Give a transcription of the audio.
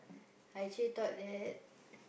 I actually thought that